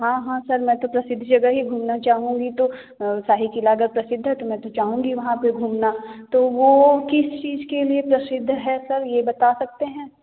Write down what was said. हाँ हाँ सर मैं तो प्रसिद्ध जगह ही घूमना चाहूँगी तो शाही किला अगर प्रसिद्ध है मैं तो चाहूँगी वहाँ पर घूमना तो वो किस चीज के लिए प्रसिद्ध है सर ये बता सकते हैं